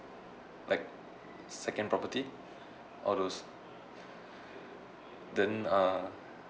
like second property all those then uh